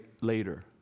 later